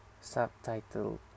subtitle